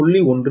10 p